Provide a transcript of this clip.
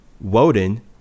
Woden